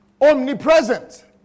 Omnipresent